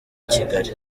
kigali